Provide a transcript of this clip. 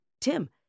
Tim